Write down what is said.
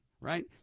right